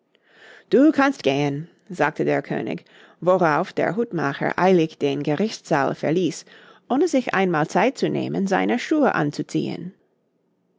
du kannst gehen sagte der könig worauf der hutmacher eilig den gerichtssaal verließ ohne sich einmal zeit zu nehmen seine schuhe anzuziehen